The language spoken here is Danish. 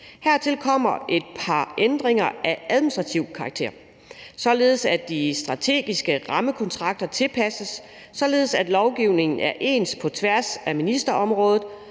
Hertil kommer et par ændringer af administrativ karakter. De strategiske rammekontrakter tilpasses, således at lovgivningen er ens på tværs af ministerområdet,